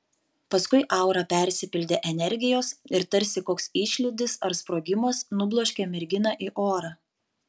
paskui aura persipildė energijos ir tarsi koks išlydis ar sprogimas nubloškė merginą į orą